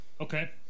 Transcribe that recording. Okay